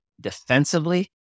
defensively